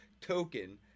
token